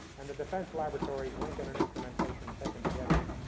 and the defense laboratories, lincoln and instrumentation, taken together,